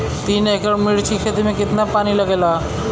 तीन एकड़ मिर्च की खेती में कितना पानी लागेला?